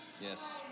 Yes